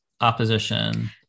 opposition